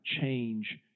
change